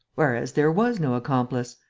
whereas there was no accomplice!